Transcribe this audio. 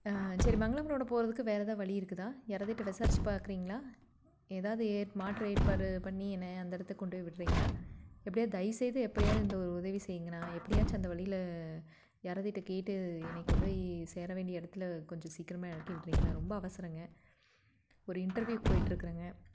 சரி மங்களம் ரோடு போகிறதுக்கு வேறு ஏதாவது வழி இருக்குதா யாராவதுட்ட விசாரித்து பாக்கிறீங்களா ஏதாவது மாற்று ஏற்பாடு பண்ணி என்னை அந்த இடத்துக்கு கொண்டு போய் விடுறீங்களா எப்படியாது தயவுசெய்து எப்படியாது இந்த ஒரு உதவி செய்யுங்கண்ணா எப்படியாச்சும் அந்த வழியில் யாராவதுட்ட கேட்டு என்னை கொண்டு போய் சேர வேண்டிய இடத்துல கொஞ்சம் சீக்கிரமாக இறக்கி விடுறீங்களா ரொம்ப அவசரம்ங்க ஒரு இன்டெர்வியூக்கு போய்ட்டு இருக்கிறேங்க